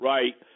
Right